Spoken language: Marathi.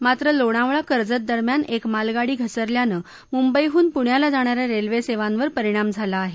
मात्र लोणावळा कर्जत दरम्यान एक मालगाडी घसरल्यानं मुंबईहून पुण्याला जाणाऱ्या रेल्वेसेवांवर परिणाम झाला आहे